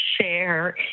share